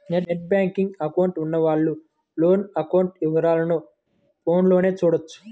net banking account ఉన్నవాళ్ళు loan account వివరాలను ఫోన్లోనే చూడొచ్చు